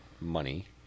money